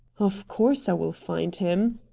of course i will find him,